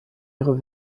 ihre